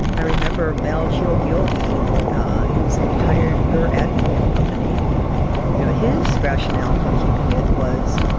i remember mel chiogioji he was a retired rear admiral of the navy you know, his rationale for keeping it was,